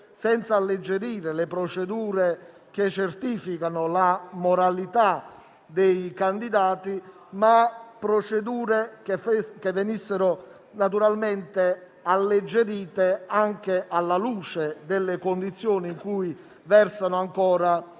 della legge - le procedure che certificano la moralità dei candidati. Procedure che avrebbero dovuto essere alleggerite anche alla luce delle condizioni in cui versano ancora